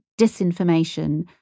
disinformation